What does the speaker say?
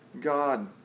God